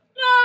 No